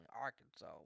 Arkansas